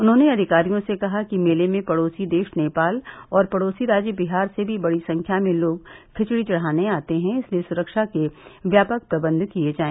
उन्होंने अधिकारियों से कहा कि मेले में पड़ोसी देश नेपाल और पड़ोसी राज्य दिहार से भी बड़ी संख्या में लोग खिचड़ी चढ़ाने आते हैं इसलिये सुरक्षा के व्यापक प्रबंध किये जाए